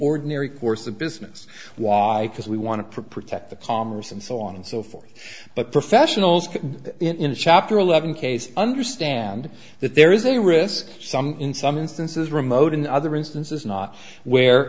ordinary course of business why because we want to protect the palmers and so on and so forth but professionals in chapter eleven case understand that there is a risk some in some instances remote in other instances not where